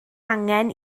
angen